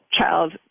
child